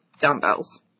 dumbbells